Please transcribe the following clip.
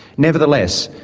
nevertheless,